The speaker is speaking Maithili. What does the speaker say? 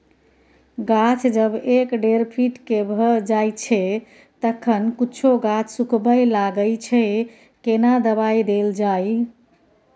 गाछ जब एक डेढ फीट के भ जायछै तखन कुछो गाछ सुखबय लागय छै केना दबाय देल जाय?